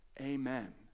Amen